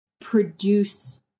produce